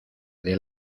del